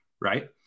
right